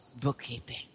bookkeeping